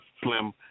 slim